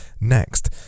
next